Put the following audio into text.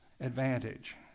advantage